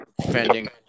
defending